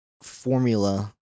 formula